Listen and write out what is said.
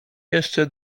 jeszcze